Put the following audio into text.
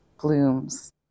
blooms